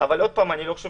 עוד פעם, לא צריך